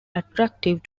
attractive